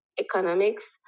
economics